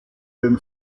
den